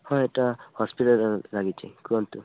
ହଁ ଏଇଟା ହସ୍ପିଟାଲ୍ରେ ଲାଗିଛି କୁହନ୍ତୁ